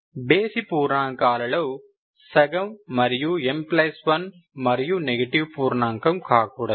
కాబట్టి బేసి పూర్ణాంకాలలో సగం మరియు m1 మరియు నెగెటివ్ పూర్ణాంకం కాకూడదు